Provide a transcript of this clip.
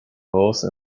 horse